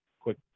quick